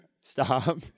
Stop